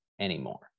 anymore